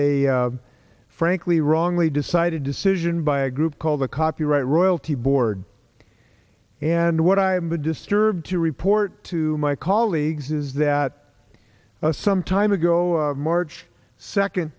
a frankly wrongly decided decision by a group called the copyright royalty board and what i've been disturbed to report to my colleagues is that some time ago march second